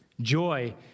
Joy